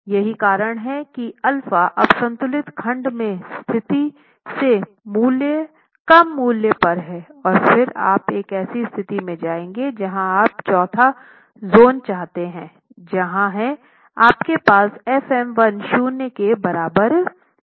यही कारण है कि α अब संतुलित खंड में स्थिति से कम मूल्य पर है फिर आप एक ऐसी स्थिति में जाएंगे जहाँ आप चौथा ज़ोन चाहते हैं जहाँ है आपके पास f m1 शून्य के बराबर है